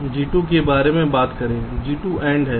G2 के बारे में बात करें G2 AND है